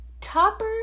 Topper